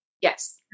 Yes